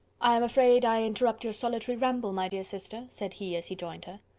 i am afraid i interrupt your solitary ramble, my dear sister? said he, as he joined her.